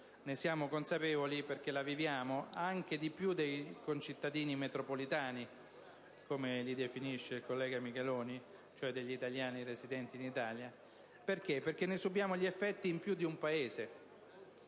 Ne siamo consapevoli perché la viviamo anche di più dei concittadini metropolitani - come li definisce il collega Micheloni, cioè degli italiani residenti in Italia - perché ne subiamo gli effetti in più di un Paese.